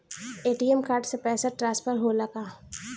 ATM card से पैसा transfer होला का?